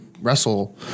wrestle